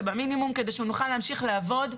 כדי שנוכל להמשיך לעבוד,